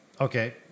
Okay